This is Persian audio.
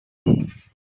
شدم